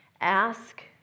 ask